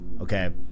okay